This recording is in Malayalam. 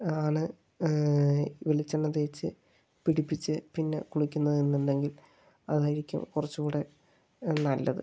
ആണ് വെളിച്ചെണ്ണ തേച്ച് പിടിപ്പിച്ച് പിന്നെ കുളിക്കുന്നതെന്നുണ്ടെങ്കിൽ അതായിരിക്കും കുറച്ചും കൂടി നല്ലത്